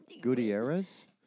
Gutierrez